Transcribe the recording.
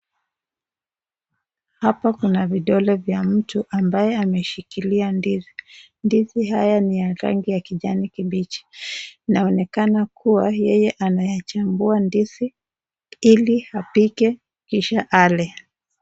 Hapa kuna vidole vya mtu ambaye ameshikilia ndizi. Ndizi haya ni ya rangi ya kijani kibichi inaonekana kuwa yeye anayachambua ndizi ili apike kisha ale.